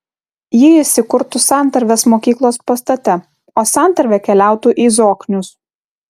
ji įsikurtų santarvės mokyklos pastate o santarvė keliautų į zoknius